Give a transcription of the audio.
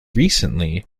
recently